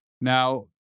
Now